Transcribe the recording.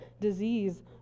disease